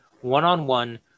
one-on-one